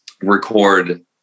record